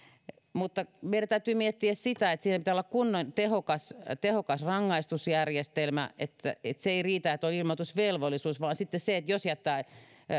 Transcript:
mutta meidän täytyy miettiä sitä että siinä pitää olla kunnon tehokas tehokas rangaistusjärjestelmä se ei riitä että on ilmoitusvelvollisuus jos jättää